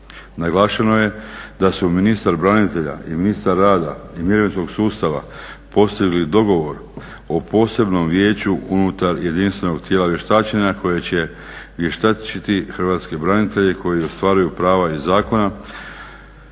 Naglašeno je da su ministar branitelja i ministar rada i mirovinskog sustava postigli dogovor o posebnom vijeću unutar jedinstvenog tijela vještačenja koje će vještačiti hrvatske branitelje koji ostvaruju prava iz Zakona